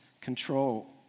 control